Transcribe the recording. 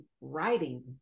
writing